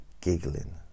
giggling